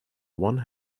one